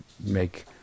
make